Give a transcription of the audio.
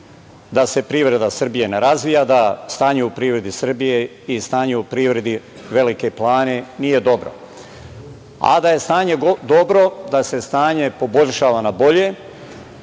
da se privreda Srbije ne razvija, da stanje u privredi Srbije i stanje u privredi Velike Plane nije dobro. Da je stanje dobro, da se stanje poboljšava na bolje,